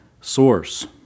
source